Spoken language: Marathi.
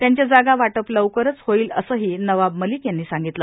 त्यांच्या जागा वाटप लवकरच होईल असंही नवाब मलिक यांनी सांगितलं